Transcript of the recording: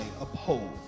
uphold